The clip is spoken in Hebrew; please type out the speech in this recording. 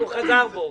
הוא חזר בו.